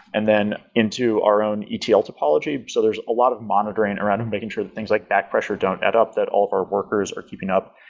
and then into our own etl topology so there is a lot of monitoring around and making sure that things like that pressure don't add up. that all of our workers are keeping up.